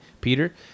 Peter